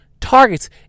targets